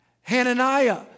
Hananiah